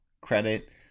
credit